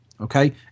okay